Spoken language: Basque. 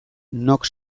nork